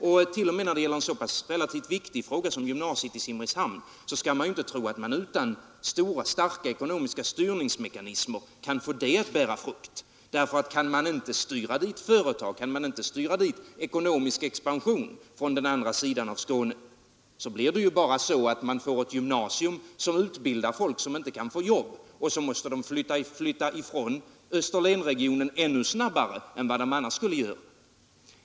Och t.o.m. när det gäller en så relativt viktig fråga som gymnasiet i Simrishamn skall vi inte tro att man utan starka ekonomiska styrningsmekanismer kan få det hela att bära frukt. Kan man inte styra dit företag, kan man inte styra dit ekonomisk expansion från den andra sidan av Skåne, blir det ju bara så att man får ett gymnasium som utbildar folk som inte kan få jobb, och så måste de flytta ifrån Österlenregionen ännu snabbare än de annars skulle göra.